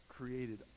created